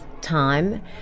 time